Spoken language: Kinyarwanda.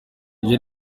ibyo